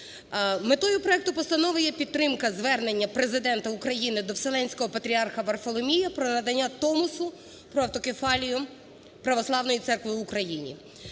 Метою проекту постанови є підтримка звернення Президента України до Вселенського Патріарха Варфоломія про надання Томосу про автокефалію Православної Церкви в Україні.